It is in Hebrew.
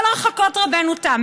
כל הרחקות רבנו תם,